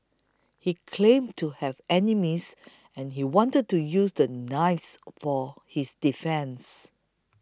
he claimed to have enemies and he wanted to use the knives for his defence